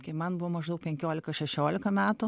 kai man buvo maždaug penkiolika šešiolika metų